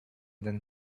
than